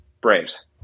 Braves